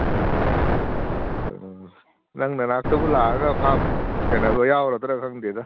ꯑ ꯑ ꯅꯪ ꯅꯅꯥꯛꯇꯕꯨ ꯂꯥꯛꯑꯒ ꯐꯥꯝ ꯁꯦꯟꯅꯕ ꯌꯥꯎꯔꯗ꯭ꯔ ꯈꯪꯗꯦꯗ